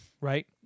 right